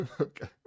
Okay